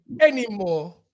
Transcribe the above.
anymore